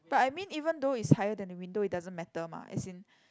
but I mean even though it's higher than the window it doesn't matter mah as in